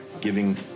giving